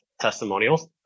testimonials